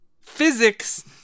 physics